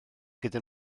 gyda